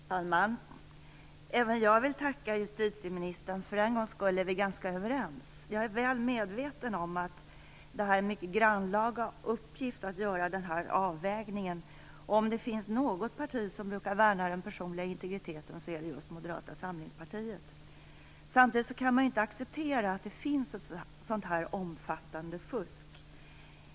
Fru talman! Även jag vill tacka justitieministern. För en gångs skull är vi ganska överens. Jag är väl medveten om att det är en mycket grannlaga uppgift att göra den här avvägningen. Om det är något parti som brukar värna den personliga integriteten så är det just Moderata samlingspartiet. Samtidigt kan man inte acceptera att det finns ett sådant här omfattande fusk.